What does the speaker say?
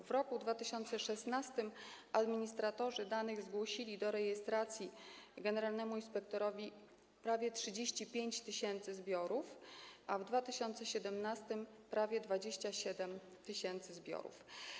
W roku 2016 administratorzy danych zgłosili do rejestracji generalnemu inspektorowi prawie 35 tys. zbiorów, a w 2017 r. - prawie 27 tys. zbiorów.